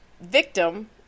victim